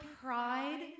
pride